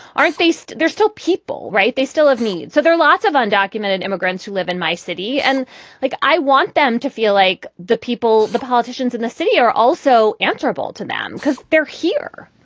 aren't they so they're still people, right? they still of need. so there are lots of undocumented immigrants who live in my city. and like i want them to feel like the people, the politicians in the city are also answerable to them because they're here